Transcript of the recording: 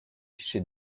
chez